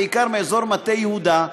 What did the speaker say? בעיקר מאזור מטה-יהודה,